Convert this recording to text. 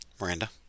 Miranda